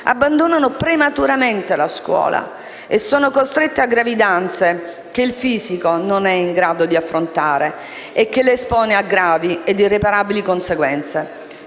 abbandonano prematuramente la scuola e sono costrette a gravidanze che il fisico non è in grado di affrontare e che le espone a gravi ed irreparabili conseguenze.